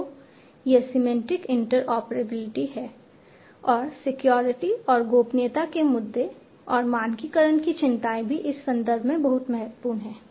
तो यह semantic interoperability है और सिक्योरिटी और गोपनीयता के मुद्दे और मानकीकरण की चिंताएं भी इस संदर्भ में बहुत महत्वपूर्ण हैं